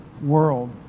world